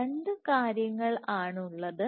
രണ്ടു കാര്യങ്ങൾ ആണുള്ളത്